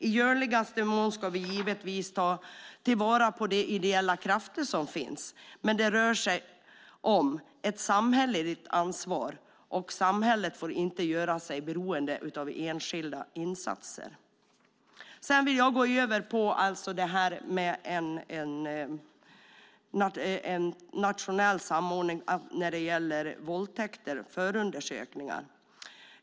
I görligaste mån ska vi givetvis ta till vara de ideella krafter som finns, men det rör sig om ett samhälleligt ansvar och samhället får inte göra sig beroende av enskilda insatser. Jag går nu över till det här med en nationell samordning när det gäller våldtäkter och förundersökningar.